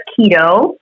keto